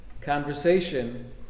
conversation